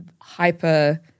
hyper